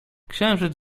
księżyc